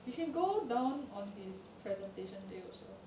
you can go down on his presentation day also